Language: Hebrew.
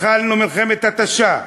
התחלנו מלחמת התשה,